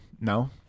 No